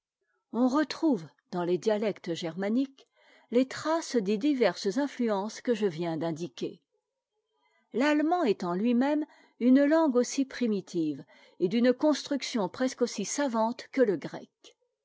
on retrouve dans les dialectes germaniques les traces des diverses influences que je viens d'indiquer l'allemand est en lui-même une langue aussi primitive et d'une construction presque aussi savante que le grec